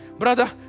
Brother